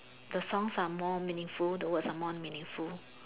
the songs are more meaningful the words are more meaningful